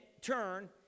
turn